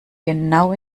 genau